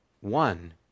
One